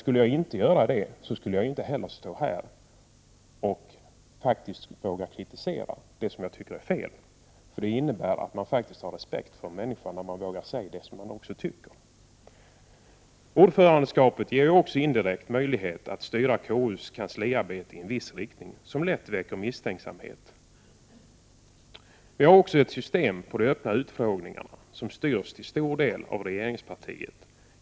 Skulle jag inte göra det, skulle jag inte heller stå här och våga kritisera det som jag tycker är fel. Att man vågar säga vad man tycker om en människa innebär faktiskt att man har respekt för vederbörande. Ordförandeskapet ger ju också indirekt möjlighet att styra KU:s kansliarbete i en riktning som lätt väcker misstänksamhet. Vi har vidare ett system för de öppna utfrågningarna som gör att dessa till stor del styrs av regeringspartiet.